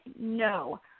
no